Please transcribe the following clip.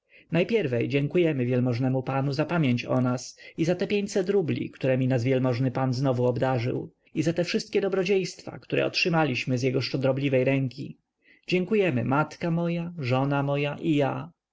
najpierwiej dziękujemy wielmożnemu panu za pamięć o nas i za te pięćset rubli któremi nas wielmożny pan znowu obdarzył i za wszystkie dobrodziejstwa które otrzymaliśmy z jego szczodrobliwej ręki dziękujemy matka moja żona moja i ja